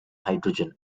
hydrogen